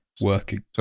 working